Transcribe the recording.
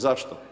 Zašto?